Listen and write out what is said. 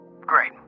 Great